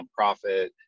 nonprofit